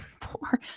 poor